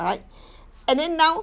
right and then now